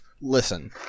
listen